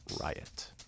Riot